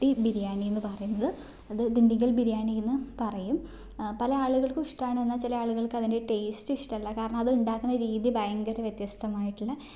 ട്ടി ബിരിയാണി എന്ന് പറയുന്നത് അത് ദണ്ഡിഗൽ ബിരിയാണീന്നും പറയും പല ആളുകൾക്കും ഇഷ്ടമാണ് എന്നാണ് ചില ആളുകൾക്ക് അതിൻ്റെ ടേസ്റ്റ് ഇഷ്ടമല്ല കാരണം അത് ഉണ്ടാക്കുന്ന രീതി ഭയങ്കര വ്യത്യസ്തമായിട്ടുള്ള